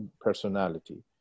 personality